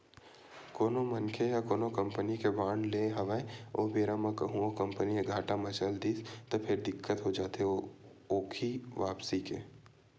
कोनो मनखे ह कोनो कंपनी के बांड लेय हवय ओ बेरा म कहूँ ओ कंपनी ह घाटा म चल दिस त फेर दिक्कत हो जाथे ओखी वापसी के